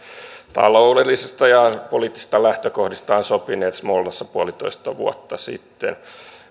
taloudellisista ja poliittisista lähtökohdistaan sopineet smolnassa puolitoista vuotta sitten